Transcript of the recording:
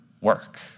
work